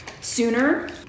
sooner